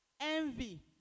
Envy